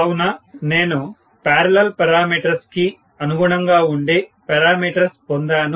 కావున నేను parallel parameters కి అనుగుణంగా ఉండె పారామీటర్స్ పొందాను